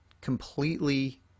completely